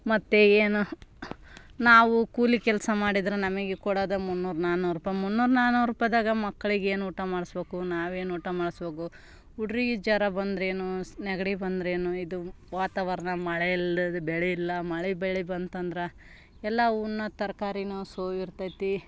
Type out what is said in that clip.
ಮತ್ತೆ ಏನು ನಾವು ಕೂಲಿ ಕೆಲಸ ಮಾಡಿದ್ರೆ ನಮಗೆ ಕೊಡೋದು ಮುನ್ನೂರು ನಾನ್ನೂರು ರೂಪೈ ಮುನ್ನೂರು ನಾನ್ನೂರು ರೂಪಾಯಿದಾಗೆ ಮಕ್ಳಿಗೆ ಏನು ಊಟ ಮಾಡಿಸ್ಬೇಕು ನಾವು ಏನು ಊಟ ಮಾಡಿಸ್ಬೇಕು ಹುಡ್ರಿಗೆ ಜ್ವರ ಬಂದ್ರೇನು ನೆಗಡಿ ಬಂದ್ರೇನು ಇದು ವಾತಾವರ್ಣ ಮಳೆಯಿಲ್ದೆ ಬೆಳೆಯಿಲ್ಲ ಮಳೆ ಬೆಳೆ ಬಂತಂದ್ರೆ ಎಲ್ಲ ಉಣೋ ತರಕಾರಿಯೂ ಸೊವಿ ಇರ್ತೈತಿ